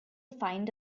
find